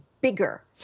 bigger